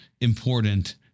important